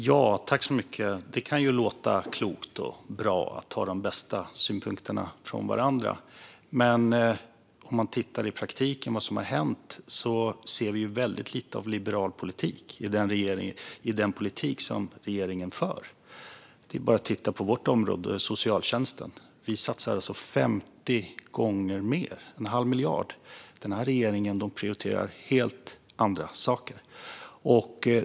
Herr ålderspresident! Det kan låta klokt och bra att ta de bästa synpunkterna från varandra. Men i praktiken ser vi väldigt lite liberal politik i den politik som regeringen för. Det är bara att titta på detta område, socialtjänsten. Vi satsar alltså 50 gånger mer, en halv miljard. Den här regeringen prioriterar helt andra saker.